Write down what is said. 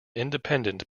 independent